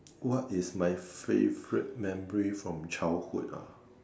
what is my favourite memory from childhood ah